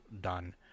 done